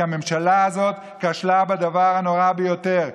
כי הממשלה הזאת כשלה בדבר הנורא ביותר,